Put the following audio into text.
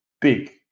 big